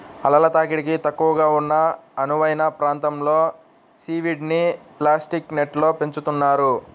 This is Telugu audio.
అలల తాకిడి తక్కువగా ఉన్న అనువైన ప్రాంతంలో సీవీడ్ని ప్లాస్టిక్ నెట్స్లో పెంచుతున్నారు